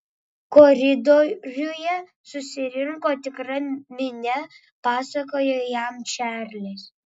koridoriuje susirinko tikra minia pasakojo jam čarlis